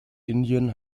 indien